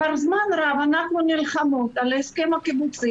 כבר זמן רב אנחנו נלחמות על ההסכם הקיבוצי